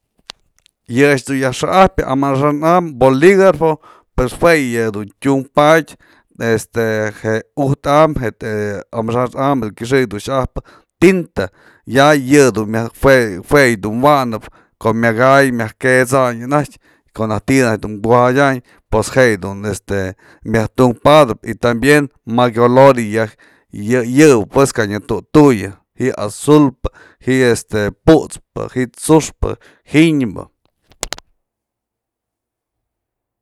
yë a'ax dun yaj xa'ajpyë amaxa'an am boligrafo pues jue yë dun tyunpadyë este je ujta'am je amaxa'an am kyëxëk dun xyajpë tinta ya yë dun myaj, jue- jue yë dun wanëp, ko'o myak jay myak kët'säny ana'ajtyë ko'o naj ti'i du kujayanyë anajtyë pues je dun este myaj tun padëp y tambien may color yë yëbë kanya tu'ut tuyë ji'i azulpë, ji'i este put'spë, ji'i t'suxpë, ji'inbë.